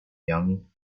young